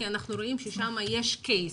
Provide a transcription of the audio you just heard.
כי אנחנו רואים ששם יש קייס.